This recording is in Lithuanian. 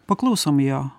paklausom jo